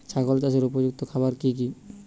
ছাগল চাষের উপযুক্ত খাবার কি কি?